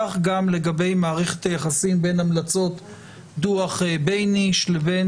כך גם לגבי מערכת היחסים בין המלצות דוח בייניש לבין